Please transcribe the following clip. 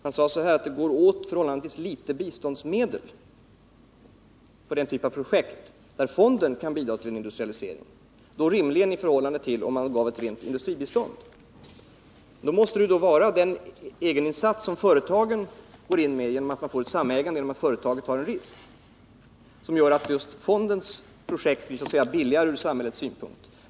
Han sade att det går åt förhållandevis litet biståndsmedel för den typ av projekt där fonden kan bidra till en industrialisering — då rimligen i förhållande till om man gav ett rent industribistånd. Det måste i så fall gälla den egeninsats som företagen går in med genom att man får ett samägande i och med att företagen tar en risk, som gör att just fondens projekt blir så att säga billigare ur samhällets synpunkt.